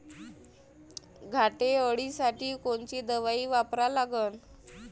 घाटे अळी साठी कोनची दवाई वापरा लागन?